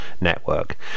network